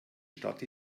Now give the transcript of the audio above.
stadt